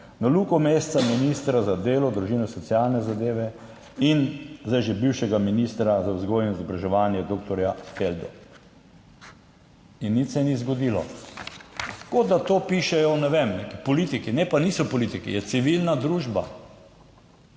na Luko Mesca, ministra za delo, družino, socialne zadeve, in zdaj že bivšega ministra za vzgojo in izobraževanje dr. Felda. In nič se ni zgodilo, kot da to pišejo, ne vem, neki politiki. Ne, pa niso politiki, je civilna družba.